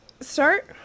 start